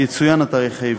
יצוין התאריך העברי.